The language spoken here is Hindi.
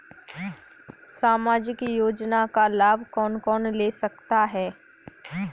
सामाजिक योजना का लाभ कौन कौन ले सकता है?